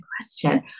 question